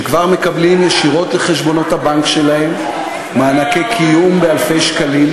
שכבר מקבלים ישירות לחשבונות הבנק שלהם מענקי קיום באלפי שקלים,